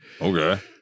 Okay